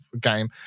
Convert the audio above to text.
game